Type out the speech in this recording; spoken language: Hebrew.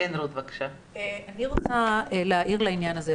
אני רוצה להעיר לעניין הזה.